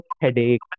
headache